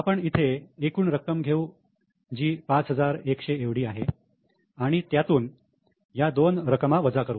आपण इथे एकूण रक्कम घेऊ जी 5100 एवढी आहे आणि त्यातून या दोन रकमा वजा करू